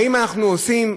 האם אנחנו עושים,